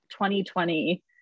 2020